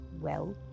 Well